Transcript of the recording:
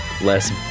less